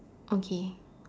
okay